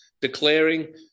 declaring